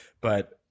but-